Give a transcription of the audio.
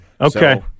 Okay